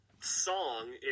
song